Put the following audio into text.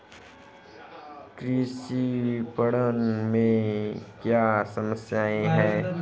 कृषि विपणन में क्या समस्याएँ हैं?